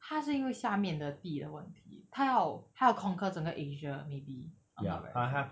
他是因为下面的地的问题他要他要 conquer 整个 asia maybe I'm not very sure